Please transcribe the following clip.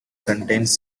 contains